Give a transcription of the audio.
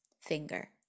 finger